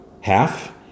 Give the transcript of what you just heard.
half